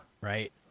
Right